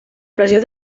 pressió